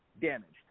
damaged